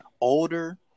older